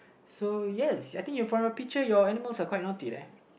so yes I think you from your picture your animals are quite naughty uh